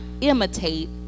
imitate